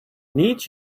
need